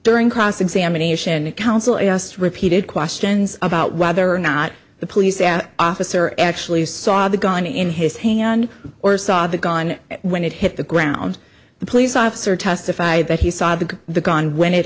during cross examination a counselor just repeated questions about whether or not the police officer actually saw the gun in his hand or saw the gun when it hit the ground the police officer testified that he saw the the gun when it